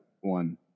one